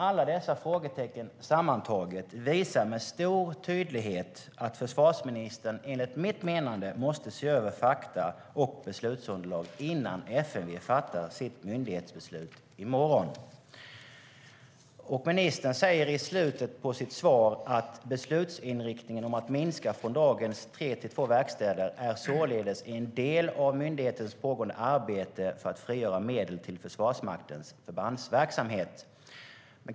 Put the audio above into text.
Alla dessa frågetecken sammantagna visar med stor tydlighet att försvarsministern enligt mitt förmenande måste se över fakta och beslutsunderlaget innan FMV fattar sitt myndighetsbeslut i morgon. Ministern säger i slutet av sitt svar att "beslutsinriktningen om att minska från dagens tre till två flygverkstäder är således en del av myndigheternas pågående arbete för att frigöra medel till Försvarsmaktens förbandsverksamhet".